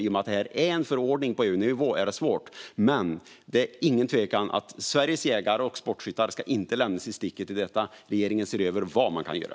I och med att det handlar om en förordning på EU-nivå är det svårt, men det är ingen tvekan om att Sveriges jägare och sportskyttar inte ska lämnas i sticket i detta. Regeringen ser över vad man kan göra.